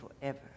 forever